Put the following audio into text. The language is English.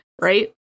right